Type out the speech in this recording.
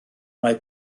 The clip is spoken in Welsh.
mae